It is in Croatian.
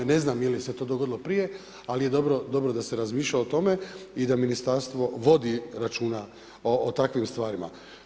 Ne znam je li se to dogodilo prije, ali je dobro da se razmišlja o tome i da Ministarstvo vodi računa o takvim stvarima.